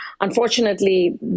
unfortunately